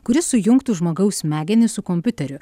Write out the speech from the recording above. kuris sujungtų žmogaus smegenis su kompiuteriu